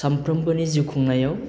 सामफ्रोमबोनि जिउ खुंनायाव